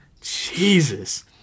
Jesus